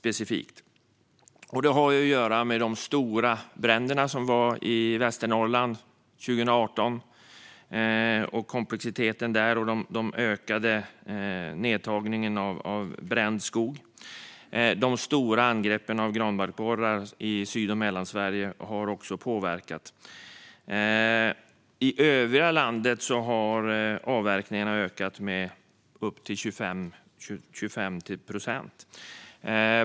Detta har att göra med de stora bränderna i Västernorrland 2018 och komplexiteten där samt den ökade nedtagningen av bränd skog. De stora angreppen av granbarkborre i Syd och Mellansverige har också påverkat. I övriga landet har avverkningarna ökat med upp till 25 procent.